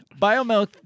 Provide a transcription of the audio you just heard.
BioMilk